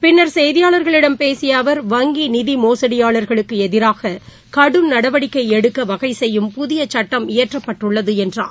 பின்னர் செய்தியாளர்களிடம் பேசிய அவர் வங்கி நிதி மோசடியாளர்களுக்கு எதிராக கடும் நடவடிக்கை எடுக்க வகை செய்யும் புதிய சுட்டம் இயற்றப்பட்டுள்ளது என்றார்